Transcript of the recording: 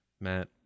Matt